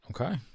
Okay